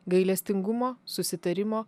gailestingumo susitarimo